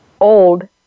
old